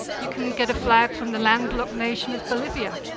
you can get a flag from the landlocked nation of bolivia,